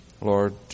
Lord